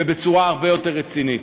ובצורה הרבה יותר רצינית.